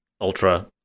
Ultra